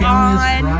on